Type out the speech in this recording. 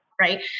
right